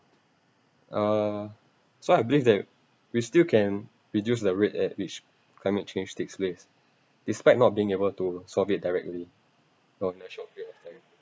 uh so I believe that we still can reduce the rate at which climate change takes place despite not being able to solve it directly on a short period direct~